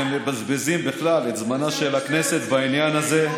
ומבזבזים בכלל את זמנה של הכנסת בעניין הזה,